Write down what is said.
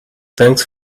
thanks